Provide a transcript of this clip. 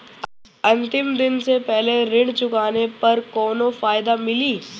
अंतिम दिन से पहले ऋण चुकाने पर कौनो फायदा मिली?